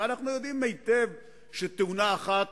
אנחנו יודעים היטב שתאונה אחת